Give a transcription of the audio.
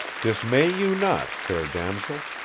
dismay you not, fair damsel,